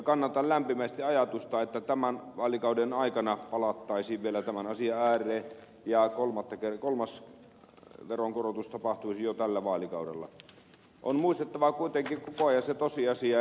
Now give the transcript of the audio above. kannatan lämpimästi ajatusta että tämän vaalikauden aikana palattaisiin vielä tämän asian ääreen ja kolmas veronkorotus tapahtuisi jo tällä vaalikaudella on muistettava kuitenkin toisen tosiasia